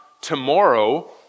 tomorrow